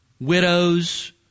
widows